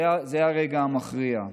היא הרגע המכריע.